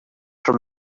from